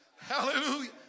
Hallelujah